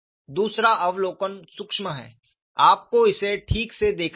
दूसरा अवलोकन सूक्ष्म है आपको इसे ठीक से देखना होगा